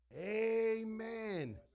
Amen